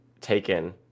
taken